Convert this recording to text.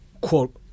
quote